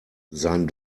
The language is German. sein